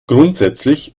grundsätzlich